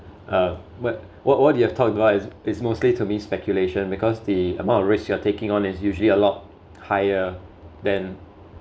uh what what what you have talked about is is mostly to me speculation because the amount of risks you are taking on is usually a lot higher than